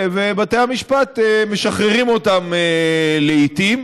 ובתי המשפט משחררים אותם לעיתים.